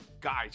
Guys